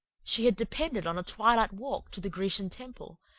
she had depended on a twilight walk to the grecian temple,